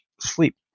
sleep